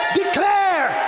declare